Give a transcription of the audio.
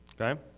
okay